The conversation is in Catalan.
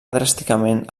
dràsticament